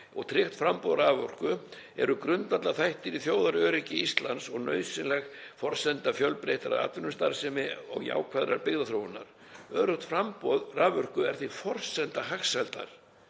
og tryggt framboð á raforku eru grundvallarþættir í þjóðaröryggi Íslands og nauðsynleg forsenda fjölbreyttrar atvinnustarfsemi og jákvæðrar byggðaþróunar. Öruggt framboð raforku er því forsenda hagsældar.